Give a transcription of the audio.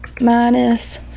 minus